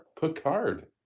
picard